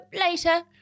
later